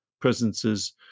presences